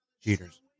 cheaters